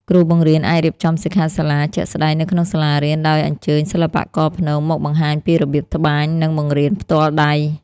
គ្រូបង្រៀនអាចរៀបចំសិក្ខាសាលាជាក់ស្តែងនៅក្នុងសាលារៀន ដោយអញ្ជើញសិល្បករព្នងមកបង្ហាញពីរបៀបត្បាញនិងបង្រៀនផ្ទាល់ដៃ។